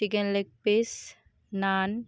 chicken leg piece naan